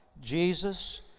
Jesus